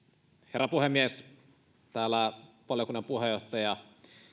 herra puhemies täällä valiokunnan puheenjohtaja